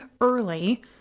early